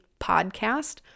podcast